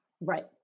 right